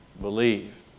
Believe